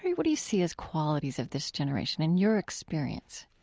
what do you see as qualities of this generation, in your experience?